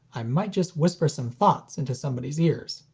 i might just whisper some thoughts into somebody's ears.